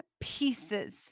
pieces